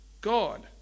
God